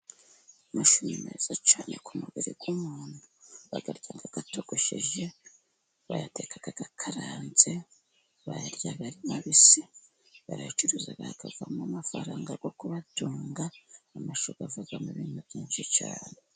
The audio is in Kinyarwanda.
Amashu ni meza cyane ku mubiri w'umuntu. Bayarya atogosheje, bayateka akaranze, bayarya ari mabisi, barayacuruza akavamo amafaranga yo kubatunga. Amashu avamo ibintu byinshi cyane.